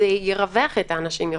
זה ירווח את האנשים יותר.